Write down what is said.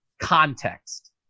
context